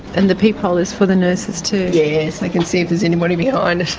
and the peephole is for the nurses too. yes, they can see if there's anybody behind it.